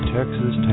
Texas